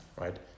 Right